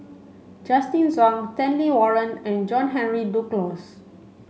Justin Zhuang Stanley Warren and John Henry Duclos